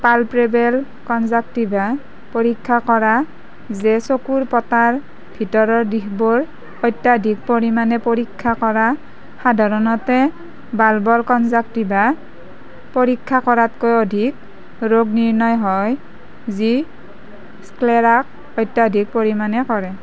palpebral conjunctiva পৰীক্ষা কৰা যে চকুৰ পতাৰ ভিতৰৰ দিশবোৰ অত্যধিক পৰিমাণে পৰীক্ষা কৰা সাধাৰণতে বাল্বৰ কনজাক্টিভা পৰীক্ষা কৰাতকৈ অধিক ৰোগ নিৰ্ণয় হয় যি স্ক্লেৰাক অত্যধিক পৰিমাণে কৰে